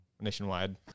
nationwide